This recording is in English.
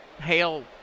hail